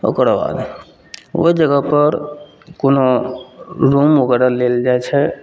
ओकरबाद ओइ जगहपर कोनो रूम वगैरह लेल जाइ छै